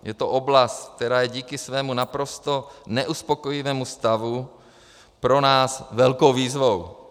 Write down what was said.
Je to oblast, která je díky svému naprosto neuspokojivému stavu pro nás velkou výzvou.